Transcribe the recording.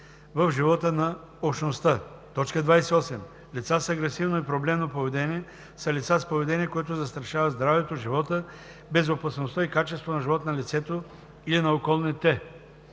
в живота на общността. 28. „Лица с агресивно и проблемно поведение“ са лица с поведение, което застрашава здравето, живота, безопасността и качеството на живот на лицето или на околните.